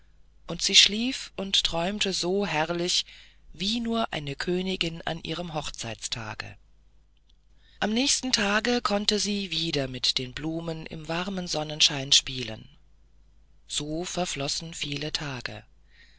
und sie schlief und träumte da so herrlich wie nur eine königin an ihrem hochzeitstage am nächsten tage konnte sie wieder mit den blumen im warmen sonnenschein spielen so verflossen viele tage